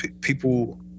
people